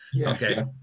Okay